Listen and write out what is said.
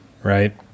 right